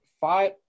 five